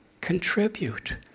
contribute